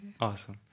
awesome